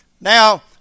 Now